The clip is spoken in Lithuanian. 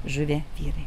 žuvę vyrai